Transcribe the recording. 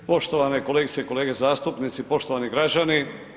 Poštovane kolegice i kolege zastupnici, poštovani građani.